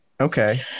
Okay